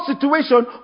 situation